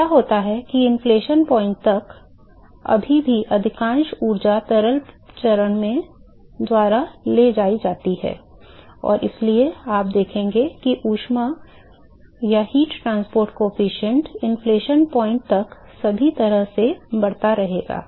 तो क्या होता है कि inflection point तक अभी भी अधिकांश ऊर्जा तरल चरण द्वारा लेजाई जाती है और इसलिए आप देखेंगे कि ऊष्मा परिवहन गुणांक विभक्ति बिंदु तक सभी तरह से बढ़ता रहेगा